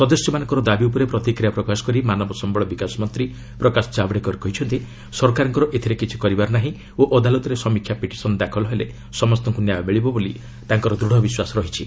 ସଦସ୍ୟମାନଙ୍କ ଦାବି ଉପରେ ପ୍ରତିକ୍ରିୟା ପ୍ରକାଶ କରି ମାନବ ସମ୍ଭଳ ବିକାଶ ମନ୍ତ୍ରୀ ପ୍ରକାଶ ଜାୱଡ଼େକର କହିଛନ୍ତି ସରକାରଙ୍କର ଏଥିରେ କିଛି କରିବାର ନାହିଁ ଓ ଅଦାଲତରେ ସମୀକ୍ଷା ପିଟିସନ ଦାଖଲ ହେଲେ ସମସ୍ତଙ୍କୁ ନ୍ୟାୟ ମିଳିବ ବୋଲି ତାଙ୍କର ଦୂଢ଼ ବିଶ୍ୱାସ ରହିଛି